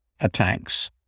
attacks